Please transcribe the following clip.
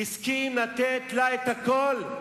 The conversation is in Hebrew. הוא הסכים לתת לה הכול,